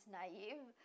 naive